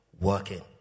working